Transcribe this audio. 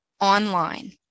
online